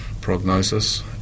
prognosis